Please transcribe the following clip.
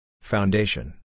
Foundation